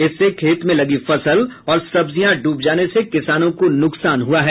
इससे खेत में लगी फसल और सब्जियां डूब जाने से किसानों को नुकसान हुआ है